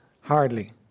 hardly